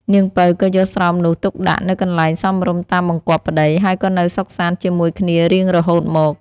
នាងពៅក៏យកស្រោមនោះទុកដាក់ នៅកន្លែងសមរម្យតាមបង្គាប់ប្ដី ហើយក៏នៅសុខសាន្ដជាមួយគ្នារៀងរហូតមក។